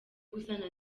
gusana